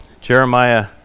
Jeremiah